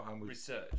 research